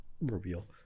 Reveal